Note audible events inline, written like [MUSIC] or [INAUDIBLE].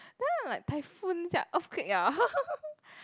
then I'm like typhoon sia earthquake ah [LAUGHS]